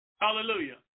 Hallelujah